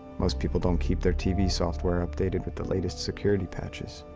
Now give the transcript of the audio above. most people don't keep their tv software updated with the latest security patches.